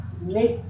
make